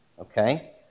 Okay